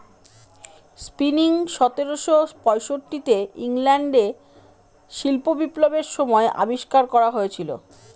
spinning সতেরোশো পয়ষট্টি তে ইংল্যান্ডে শিল্প বিপ্লবের সময় আবিষ্কার করা হয়েছিল